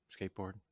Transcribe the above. skateboard